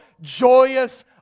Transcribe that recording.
joyous